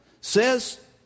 says